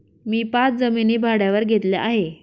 मी पाच जमिनी भाड्यावर घेतल्या आहे